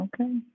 Okay